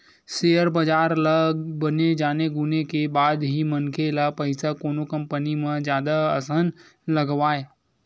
share बजार ल बने जाने गुने के बाद ही मनखे ल पइसा कोनो कंपनी म जादा असन लगवाय